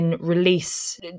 release